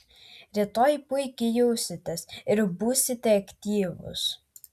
rytoj puikiai jausitės ir būsite aktyvus